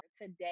Today